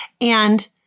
And-